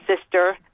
sister